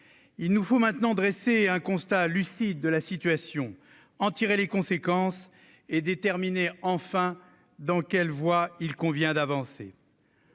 Il nous faut maintenant dresser un constat lucide de la situation, en tirer les conséquences et déterminer enfin dans quelle voie il convient d'avancer.